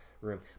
room